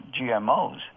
GMOs